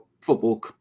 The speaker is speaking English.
football